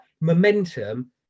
momentum